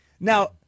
Now